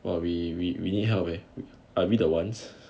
well we we we need help eh are we the ones